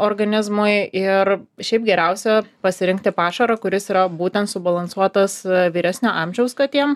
organizmui ir šiaip geriausia pasirinkti pašarą kuris yra būtent subalansuotas vyresnio amžiaus katėm